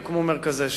יוקמו מרכזי שירות.